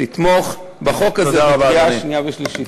תתמוך בחוק הזה בקריאה שנייה ושלישית.